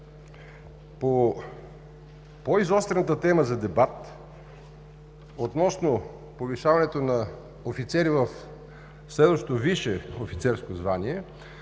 По по-изострената тема за дебат относно повишаването на офицери в следващото висше офицерско звание,